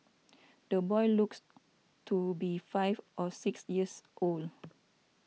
the boy looks to be five or six years old